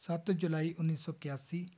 ਸੱਤ ਜੁਲਾਈ ਉੱਨੀ ਸੌ ਇਕਿਆਸੀ